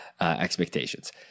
expectations